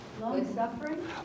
Long-suffering